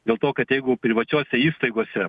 dėl to kad jeigu privačiose įstaigose